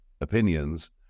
opinions